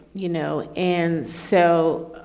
you know, and so,